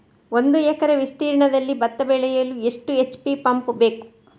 ಒಂದುಎಕರೆ ವಿಸ್ತೀರ್ಣದಲ್ಲಿ ಭತ್ತ ಬೆಳೆಯಲು ಎಷ್ಟು ಎಚ್.ಪಿ ಪಂಪ್ ಬೇಕು?